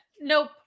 nope